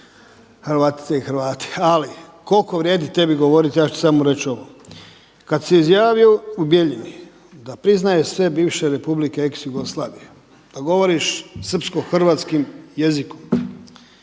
Hrvatice i Hrvati. Ali koliko vrijedi tebi govoriti ja ću samo reći ovo. Kad si izjavio u Bijeljini da priznaje sve bivše Republike ex Jugoslavije, da govoriš srpsko-hrvatskim jezikom,